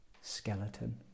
skeleton